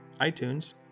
iTunes